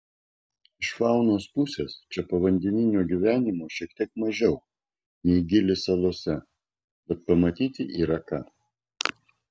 iš faunos pusės čia povandeninio gyvenimo šiek tiek mažiau nei gili salose bet pamatyti yra ką